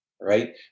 Right